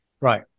Right